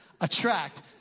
attract